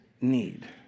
need